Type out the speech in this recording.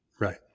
Right